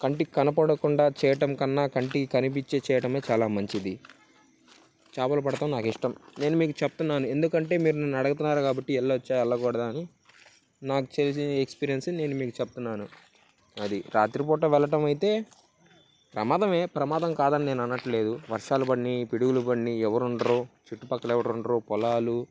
కంటి కనపడకుండా చేయటం కన్నా కంటికి కనిపించి చేయటమే చాలా మంచిది చేపలు పట్టటం నాకు ఇష్టం నేను మీకు చెప్తున్నాను ఎందుకంటే మీరు నన్ను అడుగుతున్నారు కాబట్టి వెళ్లొచ్చా వెళ్లకూడదా అని నాకు తెలిసిన ఎక్స్పీరియన్స్ నేను మీకు చెప్తున్నాను అది రాత్రిపూట వెళ్ళటం అయితే ప్రమాదమే ప్రమాదం కాదని నేను అన్నట్లేదు వర్షాలు పడినా పిడుగులు పడినా ఎవరు ఉండరు చుట్టుపక్కల ఎవరు ఉండరు పొలాలు